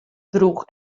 drûch